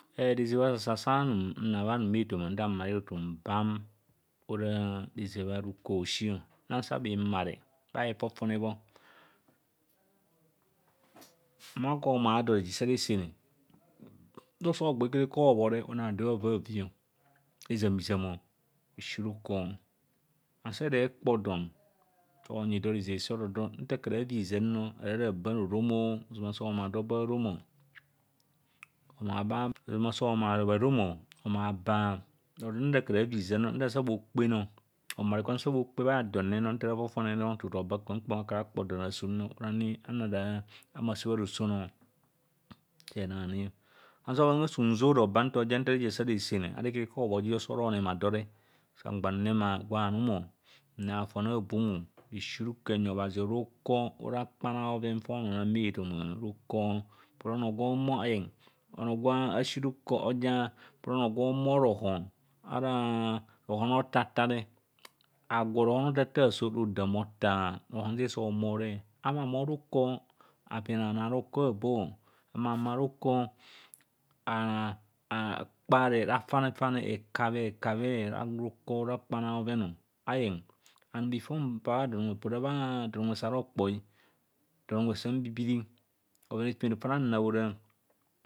Rezeb asasa sa anum na bhanume ethoma nta mare tutu obam ora rezeb a ruko hosi. Ntan nsa bhimare bha efofone bho ma gwa omar dọje sare sene nta osa ogba karika hobho, reosa onema do bhavi hbavi, ezam hizam, esi roko, and nsa era ekpo don so onyi do rezeb sem oroodo nta akura aviiza mno, akura aban orom o. ozama so omar bharomo, omar baa, oro do nta akura aviiza nong, homare kwe ansa bhokpe nọ. homare kwe ansa bhokpe bhadon re nong ohumo osa oba kpamkpam nta akura akpo don asum no orani ani ano ara humo ase bharoso no. Sa enang ani. Onaru bhoven gwe sa unzore oba nta reje asa resene ara ikarika hobhor re, sang mgba nema gwa anumo, enema fon a bummosesi ruko enyi obhazi. Ruko ora akpan a bhoven fa onoo onang bha ethoma, ruko opora ono gwo ohumo ayeng onoo gwa asi ruko oja opora onoo gwe ohumo rohon araa rohon a othatha re, agwo rohon a othatha asorodam rotha rohon se sa ohumore a humo ahumo ruko apina bhano a roko aboo, ahumo ahumo ruko akpare rafane hekabhe hekabhe.